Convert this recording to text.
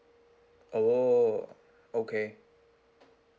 oh okay